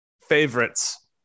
favorites